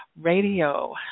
radio